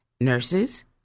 Nurses